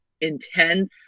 intense